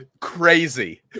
Crazy